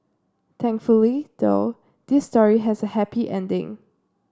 thankfully though this story has a happy ending